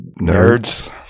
nerds